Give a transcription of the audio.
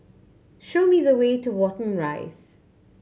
show me the way to Watten Rise